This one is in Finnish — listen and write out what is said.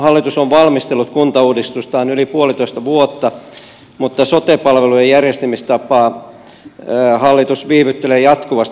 hallitus on valmistellut kuntauudistustaan yli puolitoista vuotta mutta sote palvelujen järjestämistapaa hallitus viivyttelee jatkuvasti